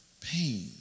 pain